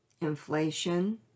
inflation